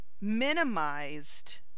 minimized